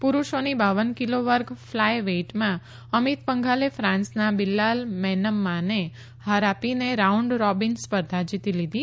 પુરુષોની બાવન કિલો વર્ગ ફલાય વેઇટમાં અમિત પંધાલે ફ્રાંસના બિલ્લાલ મેન્નમાને હાર આપીને રાઉન્ડ રોબીન સ્પર્ધા જીતી લીધી